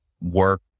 work